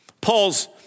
Paul's